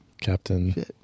Captain